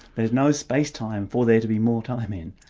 there's no space time for there to be more timing.